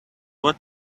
what